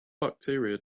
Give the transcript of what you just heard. bacteria